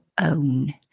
own